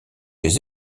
des